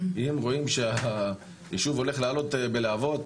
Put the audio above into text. אם רואים שהישוב הולך לעלות בלהבות,